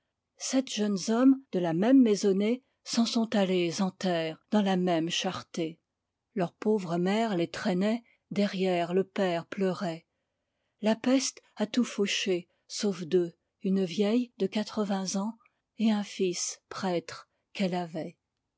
sept jeunes hommes de la même maisonnée s'en sont allés en terre dans la même charretée leur pauvre mère les traînait derrière le père pleurait la peste a tout fauché sauf deux une vieille de quatre-vingts ans et un fils prêtre qu'elle avait